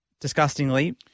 disgustingly